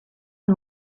and